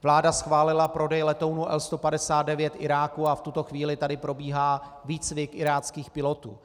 Vláda schválila prodej letounů L159 Iráku a v tuto chvíli tady probíhá výcvik iráckých pilotů.